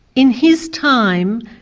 in his time,